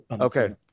Okay